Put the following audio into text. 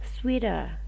sweeter